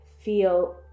feel